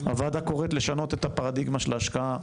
הוועדה קוראת לשנות את הפרדיגמה של ההשקעה,